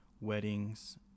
weddings